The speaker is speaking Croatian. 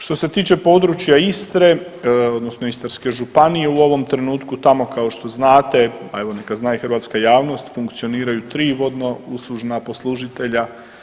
Što se tiče područja Istre odnosno Istarske županije u ovom trenutku tamo kao što znate, a evo neka zna i hrvatska javnost funkcioniraju 3 vodnouslužna poslužitelja.